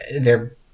they're-